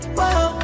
Whoa